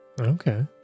okay